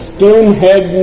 Stonehead